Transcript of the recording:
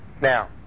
Now